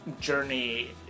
journey